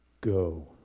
Go